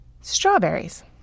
strawberries